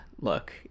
Look